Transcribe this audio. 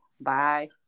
Bye